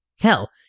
Hell